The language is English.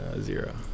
Zero